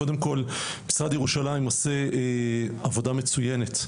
קודם כל משרד ירושלים עושה עבודה מצויינת.